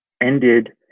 ended